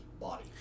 body